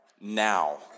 now